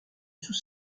sous